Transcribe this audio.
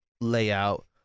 layout